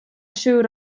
siŵr